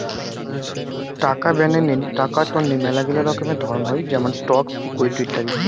টাকা বাডেঙ্নি টাকা তন্নি মেলাগিলা রকমের ধরণ হই যেমন স্টকস, ইকুইটি ইত্যাদি